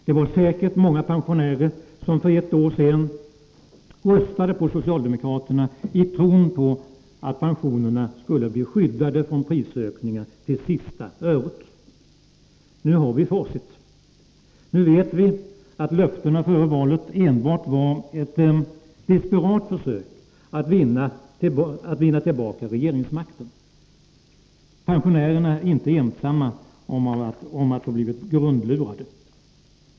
Det var säkert många pensionärer som för ett år sedan röstade på socialdemokraterna i tron på att pensionerna skulle bli skyddade från prisökningar till sista öret. Nu har vi facit. Nu vet vi att löftena före valet enbart var ett desperat försök att vinna tillbaka regeringsmakten. Pensionärerna är inte ensamma om att ha blivit grundlurade.